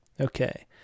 Okay